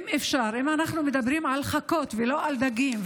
אם אפשר: אם אנחנו מדברים על חכות ולא על דגים,